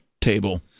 table